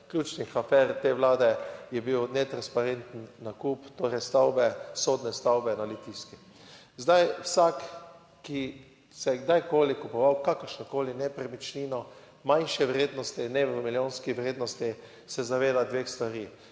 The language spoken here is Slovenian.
ključnih afer te vlade je bil netransparenten nakup torej stavbe, sodne stavbe na Litijski. Zdaj vsak, ki se je kdajkoli kupoval kakršnokoli nepremičnino manjše vrednosti, ne v milijonski vrednosti, se zaveda dveh stvari.